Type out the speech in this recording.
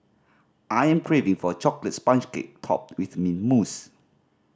I am craving for a chocolate sponge cake topped with mint mousse